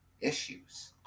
issues